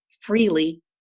freely